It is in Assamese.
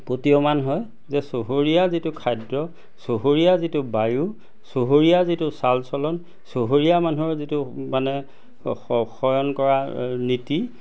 প্ৰতীয়মান হয় যে চহৰীয়া যিটো খাদ্য চহৰীয়া যিটো বায়ু চহৰীয়া যিটো চালচলন চহৰীয়া মানুহৰ যিটো মানে শয়ন কৰা নীতি